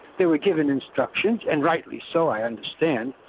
they were given instructions, and rightly so i understand,